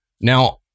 Now-